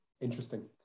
Interesting